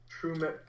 true